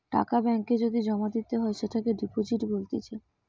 টাকা ব্যাঙ্ক এ যদি জমা দিতে হয় সেটোকে ডিপোজিট বলতিছে